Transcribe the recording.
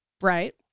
Right